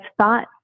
thought